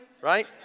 right